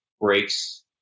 breaks